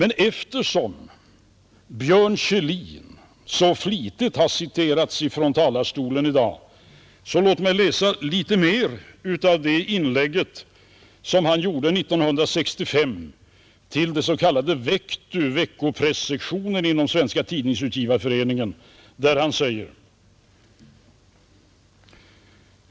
Eftersom Björn Kjellin så flitigt har citerats från talarstolen i dag, vill jag emellertid läsa litet mer av hans yttrande 1965 till Vectu — Veckopressektionen inom Svenska tidningsutgivareföreningen.